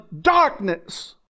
darkness